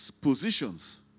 positions